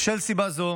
מסיבה זו